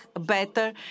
better